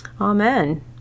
amen